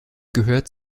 gehört